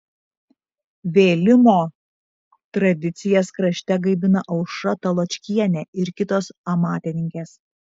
vėlimo tradicijas krašte gaivina aušra taločkienė ir kitos amatininkės